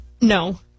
No